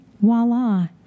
voila